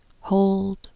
Hold